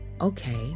okay